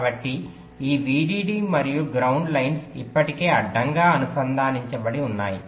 కాబట్టి ఈ VDD మరియు గ్రౌండ్ లైన్లు ఇప్పటికే అడ్డంగా అనుసంధానించబడి ఉన్నాయి